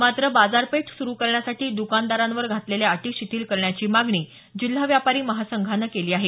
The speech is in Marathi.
मात्र बाजारपेठ सुरु करण्यासाठी दकानदारांवर घातलेल्या अटी शिथिल करण्याची मागणी जिल्हा व्यापारी महासंघानं केली आहे